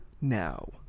now